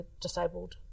disabled